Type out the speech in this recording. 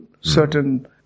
certain